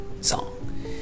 song